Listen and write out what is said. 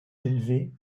élevés